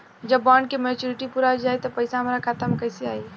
जब बॉन्ड के मेचूरिटि पूरा हो जायी त पईसा हमरा खाता मे कैसे आई?